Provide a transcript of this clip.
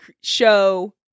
show